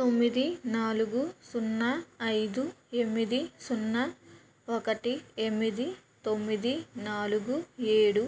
తొమ్మిది నాలుగు సున్నా ఐదు ఎనిమిది సున్న ఒకటి ఎనిమిది తొమ్మిది నాలుగు ఏడు